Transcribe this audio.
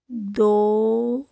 ਦੋ